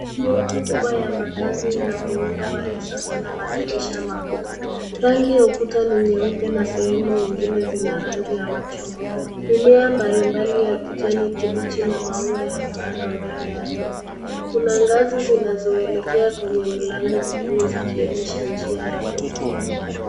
Nyumba kubwa ya makaazi ina muundo wa kisasa na madirisha makubwa. Rangi ya ukuta ni nyeupe na sehemu nyingine zina rangi ya machungwa. Mimea mbalibali ya kijani kibichi na maua yamepandwa mbele ya nyumba. Kuna ngazi zinazoelekea kwenye mlango mkuu zikionyesha njia ya kuingilia.